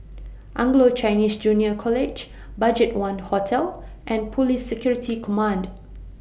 Anglo Chinese Junior College BudgetOne Hotel and Police Security Command